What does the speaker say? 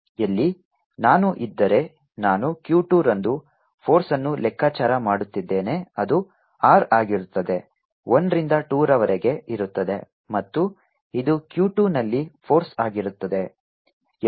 ಎಲ್ಲಿ ನಾನು ಇದ್ದರೆ ನಾನು Q 2 ರಂದು ಫೋರ್ಸ್ಅನ್ನು ಲೆಕ್ಕಾಚಾರ ಮಾಡುತ್ತಿದ್ದೇನೆ ಅದು r ಆಗಿರುತ್ತದೆ 1 ರಿಂದ 2 ರವರೆಗೆ ಇರುತ್ತದೆ ಮತ್ತು ಇದು Q2 ನಲ್ಲಿ ಫೋರ್ಸ್ ಆಗಿರುತ್ತದೆ